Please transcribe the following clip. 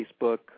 Facebook –